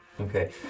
Okay